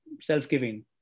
self-giving